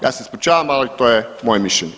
Ja se ispričavam, ali to je moje mišljenje.